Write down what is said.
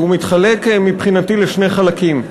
שמבחינתי מתחלק לשני חלקים,